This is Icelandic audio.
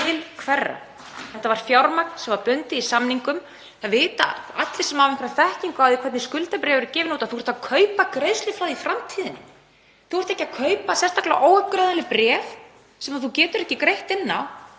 Þetta var fjármagn sem var bundið í samningum. Það vita allir sem einhverja þekkingu hafa á því hvernig skuldabréf eru gefin út að þú ert að kaupa greiðsluflæði í framtíðinni. Þú ert ekki að kaupa sérstaklega óuppgreiðanleg bréf sem þú getur ekki greitt inn á